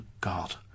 God